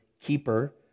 keeper